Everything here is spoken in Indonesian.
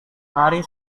mari